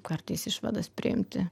kartais išvadas priimti